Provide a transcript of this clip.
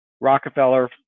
Rockefeller